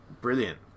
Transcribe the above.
Brilliant